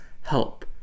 help